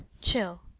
chill